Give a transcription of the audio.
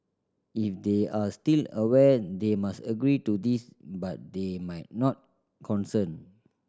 if they are still aware they must agree to this but they might not consent